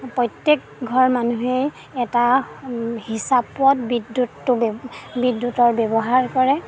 প্ৰত্যেকঘৰ মানুহেই এটা হিচাপত বিদ্যুতটো বিদ্যুতৰ ব্যৱহাৰ কৰে